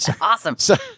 Awesome